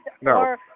No